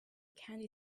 candy